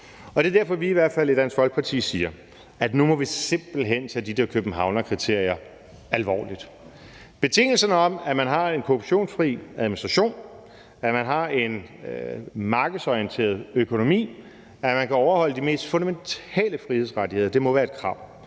Det er derfor, at vi i hvert fald i Dansk Folkeparti siger, at nu må vi simpelt hen tage de der Københavnskriterier alvorligt. Betingelserne om, at man har en korruptionsfri administration, at man har en markedsorienteret økonomi, og at man kan overholde de mest fundamentale frihedsrettigheder, må være et krav.